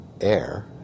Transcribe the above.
air